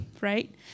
Right